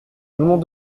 l’ont